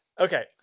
okay